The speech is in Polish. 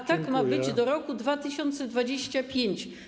A tak ma być do roku 2025.